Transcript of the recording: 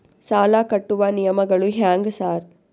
ಸಾಲ ಕಟ್ಟುವ ನಿಯಮಗಳು ಹ್ಯಾಂಗ್ ಸಾರ್?